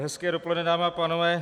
Hezké dopoledne, dámy a pánové.